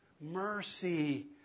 mercy